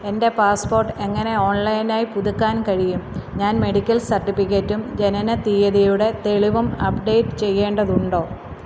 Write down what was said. എൻ്റെ പാസ്പോർട്ട് എങ്ങനെ ഓൺലൈനായി പുതുക്കാൻ കഴിയും ഞാൻ മെഡിക്കൽ സർട്ടിഫിക്കറ്റും ജനനത്തീയതിയുടെ തെളിവും അപ്ഡേറ്റ് ചെയ്യേണ്ടതുണ്ടോ